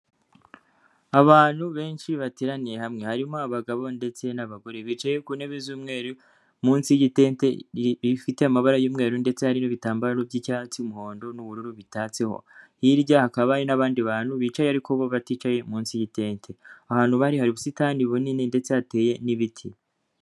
Abantu benshi bateraniye hamwe harimo abagabo ndetse n'abagore, bicaye ku ntebe z'umweru munsi y'igitente rifite amabara y'umweru ndetse hari n'ibitambaro by'icyatsi, umuhondo n'ubururu bitatseho, hirya hakaba hari n'abandi bantu bicaye ariko bo baticaye munsi y'itente aho hantu bari hari ubusitani bunini ndetse hateye n'ibiti.